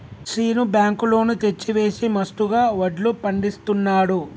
Seenu bank loan తెచ్చి వేసి మస్తుగా వడ్లు పండిస్తున్నాడు